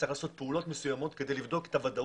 צריך לעשות פעולות מסוימות כדי לבדוק את הוודאות.